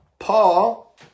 Paul